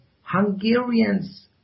Hungarians